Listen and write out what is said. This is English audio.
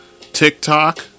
TikTok